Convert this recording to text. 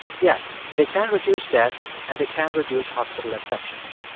yes, they can reduce deaths, and they can reduce hospital infections,